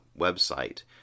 website